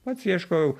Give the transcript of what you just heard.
pats ieškojau